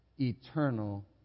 eternal